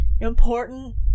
important